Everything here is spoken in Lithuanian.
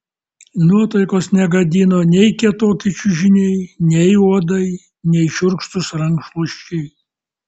nuotaikos negadino nei kietoki čiužiniai nei uodai nei šiurkštūs rankšluosčiai